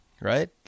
right